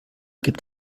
gibt